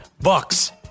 bucks